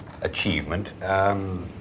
achievement